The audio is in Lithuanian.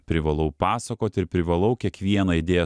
privalau pasakot ir privalau kiekvieną idėją